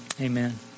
amen